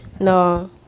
no